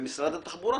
מחוט ועד שרוך נעל.